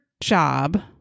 job